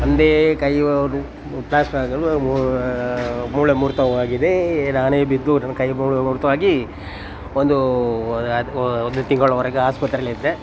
ನನ್ನದೇ ಕೈ ಮೂಳೆ ಮುರಿತವಾಗಿದೆ ನಾನೇ ಬಿದ್ದು ನನ್ನ ಕೈ ಮೂಳೆ ಮುರಿತವಾಗಿ ಒಂದು ಒಂದು ತಿಂಗಳವರೆಗೆ ಆಸ್ಪತ್ರೆಯಲ್ಲೆ ಇದ್ದೆ